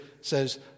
says